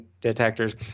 detectors